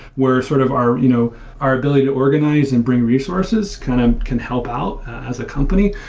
where sort of our you know our ability to organize and bring resources kind of can help out as a company,